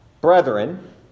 brethren